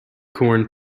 corn